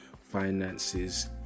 finances